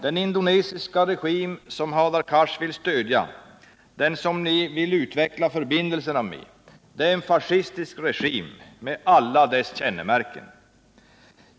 Den indonesiska regim som Hadar Cars vill stödja, den som regeringen nu vill utveckla förbindelserna med, är en fascistisk regim med alla dess kännemärken.